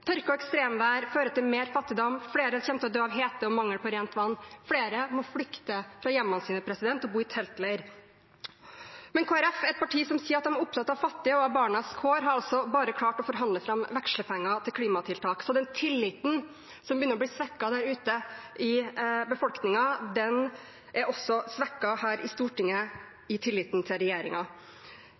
Tørke og ekstremvær fører til mer fattigdom. Flere kommer til å dø av hete og mangel på rent vann, og flere må flykte fra hjemmene sine og bo i teltleir. Men Kristelig Folkeparti, et parti som sier de er opptatt av fattige og av barnas kår, har altså bare klart å forhandle fram vekslepenger til klimatiltak. Så den tilliten som begynner å bli svekket der ute i befolkningen, er også svekket her i Stortinget – tilliten til